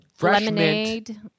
lemonade